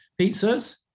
pizzas